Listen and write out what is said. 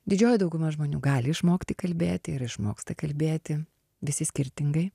didžioji dauguma žmonių gali išmokti kalbėti ir išmoksta kalbėti visi skirtingai